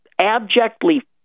abjectly